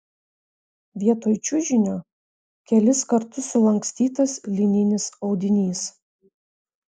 vietoj čiužinio kelis kartus sulankstytas lininis audinys